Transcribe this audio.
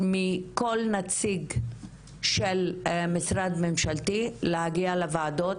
מכל נציג של משרד ממשלתי להגיע לוועדות